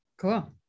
Cool